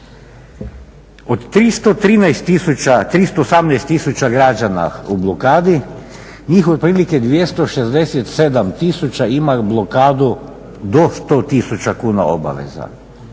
od 318000 građana u blokadi njih otprilike 267000 imaju blokadu do 100 000 kuna obaveza.